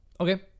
Okay